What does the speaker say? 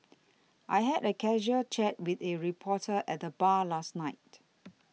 I had a casual chat with a reporter at the bar last night